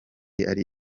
ari